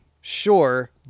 Sure